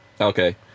Okay